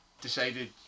decided